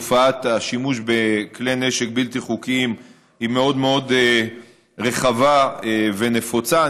תופעת השימוש בכלי נשק בלתי חוקיים היא מאוד רחבה ונפוצה.